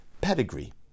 Pedigree